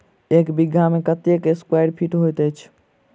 एक बीघा मे कत्ते स्क्वायर फीट होइत अछि?